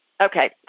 Okay